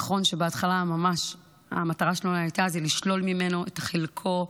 נכון שבהתחלה ממש המטרה שלנו הייתה לשלול ממנו את חלקו.